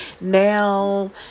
now